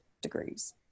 degrees